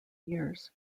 years